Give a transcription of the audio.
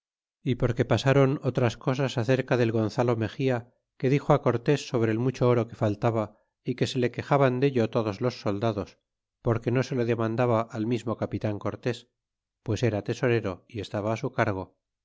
y porque pasaron otras cosas acerca del gonzalo meada que dixo cortes sobre el mucho oro que faltaba y que se le quejaban dello todos soldados porque no se lo demandaba al mismo capitan cortés pues era tesorero é estaba á su cargo